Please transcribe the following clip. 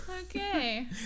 Okay